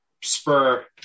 spur